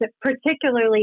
particularly